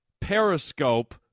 periscope